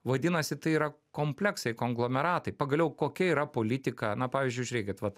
vadinasi tai yra kompleksai konglomeratai pagaliau kokia yra politika na pavyzdžiui žiūrėkit vat